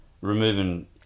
removing